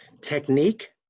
Technique